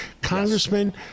Congressman